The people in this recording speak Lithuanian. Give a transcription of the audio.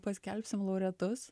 paskelbsim laureatus